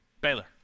Baylor